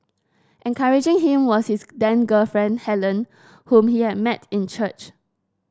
encouraging him was his then girlfriend Helen whom he had met in church